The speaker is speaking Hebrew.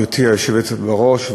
גברתי היושבת בראש,